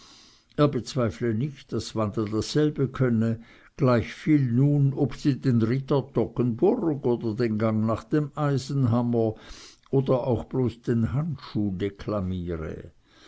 er bezweifle nicht daß wanda dasselbe könne gleichviel nun ob sie den ritter toggenburg oder den gang nach dem eisenhammer oder auch bloß den handschuh